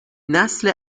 نسل